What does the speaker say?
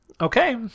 okay